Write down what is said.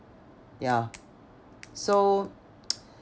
yeah so